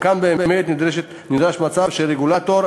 וכאן באמת נדרש מצב שהרגולטור,